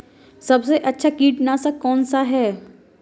सबसे अच्छा कीटनाशक कौनसा है?